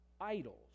idols